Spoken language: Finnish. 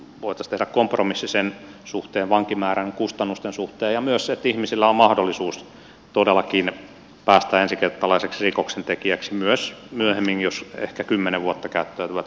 voitaisiin tehdä kompromissi vankimäärän kustannusten suhteen ja myös sen suhteen että ihmisillä on mahdollisuus todellakin päästä ensikertalaiseksi rikoksentekijäksi myös myöhemmin jos ehkä kymmenen vuotta käyttäytyvät kunnolla